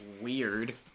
weird